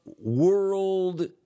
world